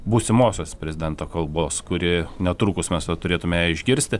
būsimosios prezidento kalbos kuri netrukus mes va turėtume ją išgirsti